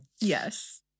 yes